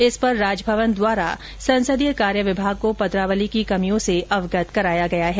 इस पर राज भवन द्वारा संसदीय कार्य विभाग को पत्रावली की कमियों से अवगत कराया गया है